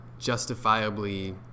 justifiably